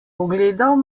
pogledal